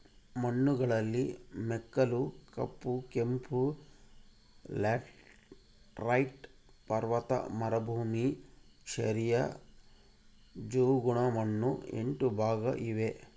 ಮಣ್ಣುಗಳಲ್ಲಿ ಮೆಕ್ಕಲು, ಕಪ್ಪು, ಕೆಂಪು, ಲ್ಯಾಟರೈಟ್, ಪರ್ವತ ಮರುಭೂಮಿ, ಕ್ಷಾರೀಯ, ಜವುಗುಮಣ್ಣು ಎಂಟು ಭಾಗ ಇವೆ